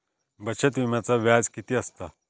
बचत विम्याचा व्याज किती असता?